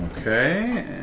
Okay